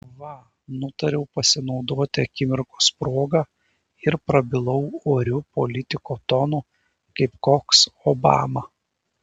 va nutariau pasinaudoti akimirkos proga ir prabilau oriu politiko tonu kaip koks obama